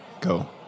Go